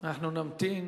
אנחנו נמתין